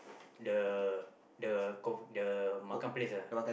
the the kouf~ the Makan-Place ah